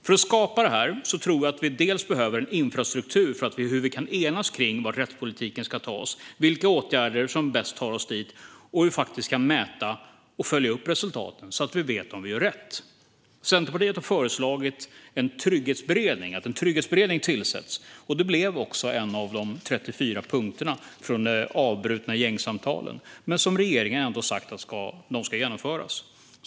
För att skapa detta tror jag att vi behöver en infrastruktur för hur vi kan enas kring vart rättspolitiken ska ta oss, vilka åtgärder som bäst tar oss dit och hur vi kan mäta och följa upp resultaten, så att vi vet om vi gör rätt. Centerpartiet har föreslagit att en trygghetsberedning tillsätts. Det blev också en av de 34 punkterna från de avbrutna gängsamtalen. Regeringen har sagt att de ändå ska genomföras.